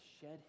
shed